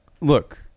Look